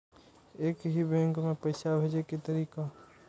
एक ही बैंक मे पैसा भेजे के तरीका?